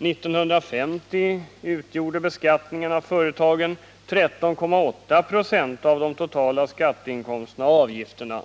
År 1950 utgjorde beskattningen av företagen 13,8 96 av de totala skatteinkomsterna och avgifterna